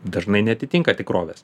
dažnai neatitinka tikrovės